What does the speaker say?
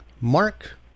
Mark